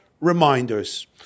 reminders